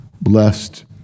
blessed